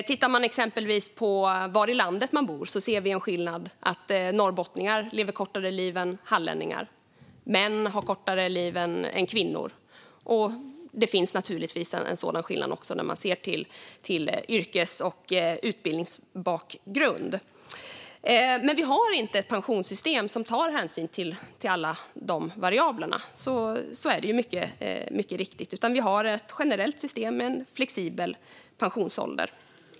Tittar vi exempelvis på var i landet man bor ser vi en skillnad. Norrbottningar lever kortare liv än hallänningar. Män har kortare liv än kvinnor. Det finns naturligtvis en skillnad också sett till yrkes och utbildningsbakgrund. Men vi har inte ett pensionssystem som tar hänsyn till alla dessa variabler, så är det mycket riktigt, utan vi har ett generellt system med en flexibel pensionsålder.